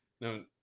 no